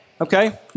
Okay